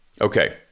Okay